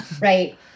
Right